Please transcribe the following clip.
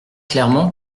clairement